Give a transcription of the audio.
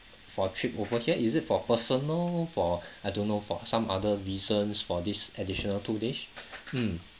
for trip over here is it for personal for I don't know for some other reasons for this additional two days mm